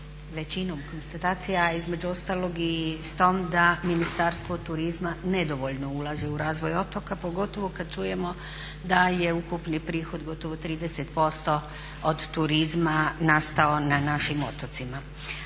većinom konstatacija, a između ostalog i s tom da Ministarstvo turizma nedovoljno ulaže u razvoj otoka, pogotovo kad čujemo da je ukupni prihod gotovo 30% od turizma nastao na našim otocima.